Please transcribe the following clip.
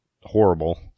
horrible